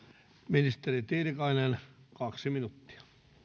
ministeri tiilikainen kaksi minuuttia